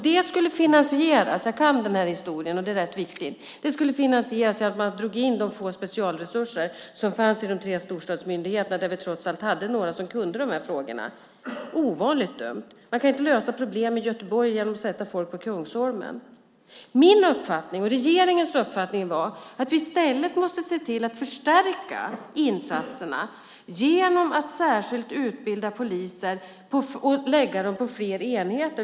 Det skulle finansieras genom att man drog in de två specialresurser som fanns i de tre storstadsmyndigheterna där vi trots allt hade några som kunde de här frågorna. Ovanligt dumt! Man kan inte lösa problem i Göteborg genom att sätta folk på Kungsholmen. Min uppfattning och regeringens uppfattning var att vi i stället måste se till att förstärka insatserna genom att särskilt utbilda poliser och placera dem på fler enheter.